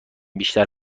بیشتر